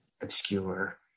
obscure